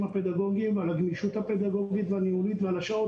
הפדגוגיים ועל הגמישות הפדגוגית והניהולית ועל השעות,